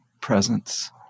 presence